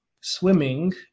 swimming